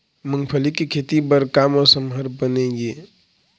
मूंगफली के खेती बर का मौसम हर बने ये?